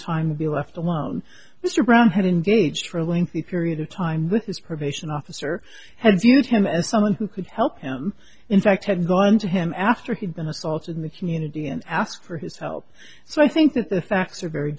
time to be left alone mr brown had engaged for a lengthy period of time with his probation officer had viewed him as someone who could help him in fact had gone to him after he'd been assaulted in the community and asked for his help so i think that the facts are very